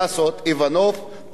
איוואנוב, פטרוב,